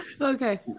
Okay